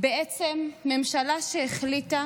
ממשלה שהחליטה